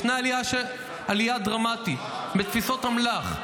ישנה עלייה דרמטית בתפיסות אמל"ח,